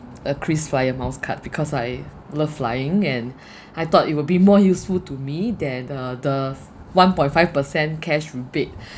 a KrisFlyer miles card because I love flying and I thought it would be more useful to me than the the one point five per cent cash rebate